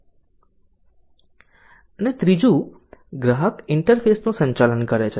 અને ત્રીજું ગ્રાહક ઇન્ટરફેસનું સંચાલન કરે છે